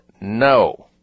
no